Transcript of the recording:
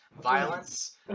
violence